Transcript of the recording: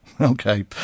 okay